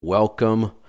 welcome